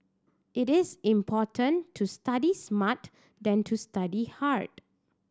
it is important to study smart than to study hard